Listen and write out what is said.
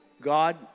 God